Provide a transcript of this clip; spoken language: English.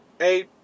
eight